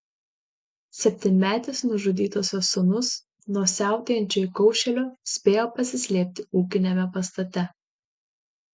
septynmetis nužudytosios sūnus nuo siautėjančio įkaušėlio spėjo pasislėpti ūkiniame pastate